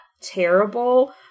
terrible